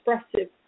expressive